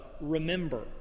Remember